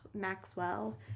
Maxwell